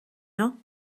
nhw